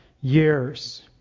years